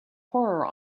horror